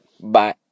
Bye